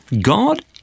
God